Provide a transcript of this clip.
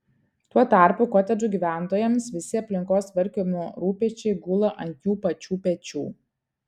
tuo tarpu kotedžų gyventojams visi aplinkos tvarkymo rūpesčiai gula ant jų pačių pečių